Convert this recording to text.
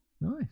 Nice